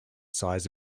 size